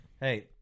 Hey